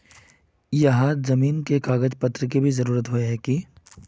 यहात जमीन के भी कागज पत्र की जरूरत होय है की?